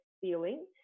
feeling